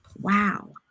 wow